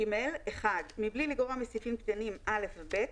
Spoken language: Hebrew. "(ג) (1)מבלי לגרוע מסעיפים קטנים (א) ו-(ב),